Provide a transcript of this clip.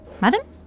Madam